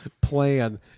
plan